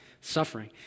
suffering